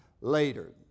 later